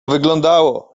wyglądało